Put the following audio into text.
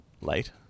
late